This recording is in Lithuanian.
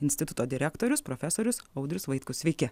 instituto direktorius profesorius audrius vaitkus sveiki